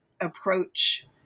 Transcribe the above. approach